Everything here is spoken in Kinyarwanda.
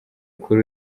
kuri